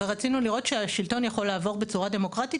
ורצינו לראות שהשלטון יכול לעבור בצורה דמוקרטית,